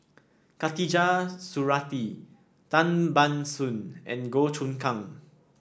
Khatijah Surattee Tan Ban Soon and Goh Choon Kang